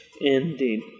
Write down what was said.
Indeed